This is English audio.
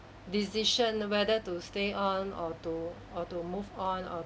decision whether to stay on or to or to move on or